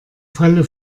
falle